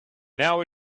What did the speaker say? now